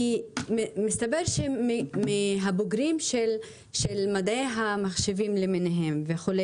כי מסתבר שמהבוגרים של מדעי המחשבים למיניהם וכו',